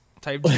type